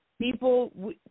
people